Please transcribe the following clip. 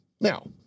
Now